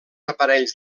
aparells